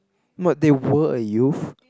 but they were a youth